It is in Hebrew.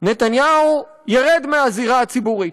נתניהו ירד מהזירה הציבורית,